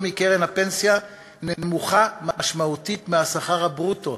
מקרן הפנסיה נמוכה משמעותית משכר הברוטו